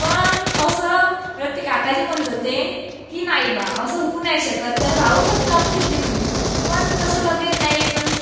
पण असं मला ते काकाजी म्हणत होते की नाही बा असं होऊ नाही शकत कारण राहू शकतो आपण शेतीमध्ये पण तसं वगैरे नाही पण